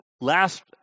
Last